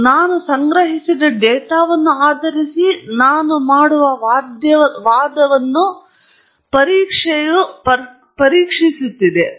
ಮತ್ತು ನಾನು ಸಂಗ್ರಹಿಸಿದ ಡೇಟಾವನ್ನು ಆಧರಿಸಿ ನಾನು ಹೊಂದಿದ್ದೇನೆ ಅಥವಾ ಇಲ್ಲವೇ ಎಂದು ನಾನು ಮಾಡುವ ವಾದವನ್ನು ಪರೀಕ್ಷೆಯು ಪರೀಕ್ಷಿಸುತ್ತಿದೆ